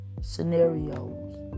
scenarios